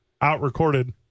out-recorded